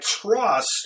trust